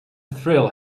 thrill